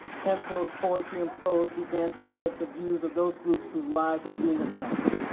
hemphill's poetry and prose began to reflect the views of those groups whose lives were being attacked.